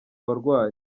abarwayi